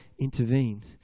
intervened